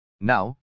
Now